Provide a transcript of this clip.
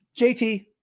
JT